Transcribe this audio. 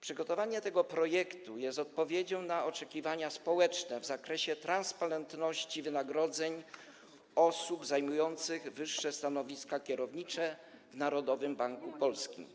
Przygotowanie tego projektu było odpowiedzią na oczekiwania społeczne w zakresie transparentności wynagrodzeń osób zajmujących wyższe stanowiska kierownicze w Narodowym Banku Polskim.